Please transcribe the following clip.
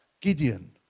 Gideon